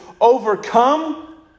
overcome